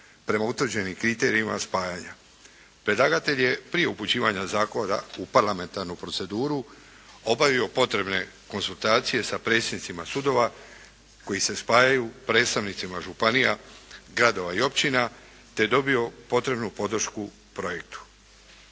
prema utvrđenim kriterijima spajanja. Predlagatelj je prije upućivanja zakona u parlamentarnu proceduru obavio potrebne konzultacije sa predsjednicima sudova koji se spajaju, predstavnicima županija, gradova i općina, te dobio potrebnu podršku u projektu.